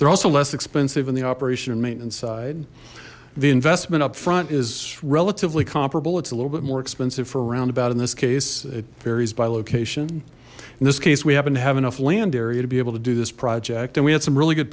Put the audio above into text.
they're also less expensive in the operation or maintenance side the investment upfront is relatively comparable it's a little bit more expensive for a roundabout in this case it varies by location in this case we happen to have enough land area to be able to do this project and we had some really good